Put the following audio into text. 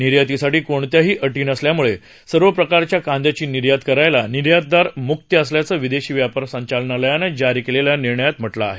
निर्यातीसाठी कोणत्याही अटी नसल्याम्ळे सर्व प्रकारच्या कांद्याची निर्यात करायला निर्यातदार म्क्त असल्याचं विदेशी व्यापार संचालनालयानं जारी केलेल्या निर्णयात म्हटलं आहे